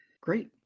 Great